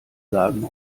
sagen